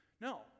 No